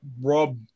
Rob